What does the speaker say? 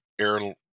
air